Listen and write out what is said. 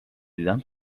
دیدم